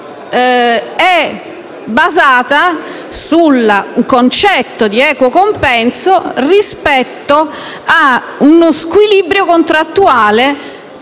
è basata sul concetto di equo compenso rispetto a uno squilibrio contrattuale